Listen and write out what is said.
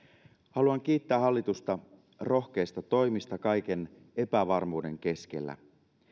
haluan kiittää hallitusta rohkeista toimista kaiken epävarmuuden keskellä